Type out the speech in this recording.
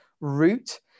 route